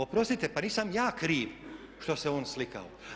Oprostite pa nisam ja kriv što se on slikao.